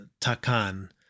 takan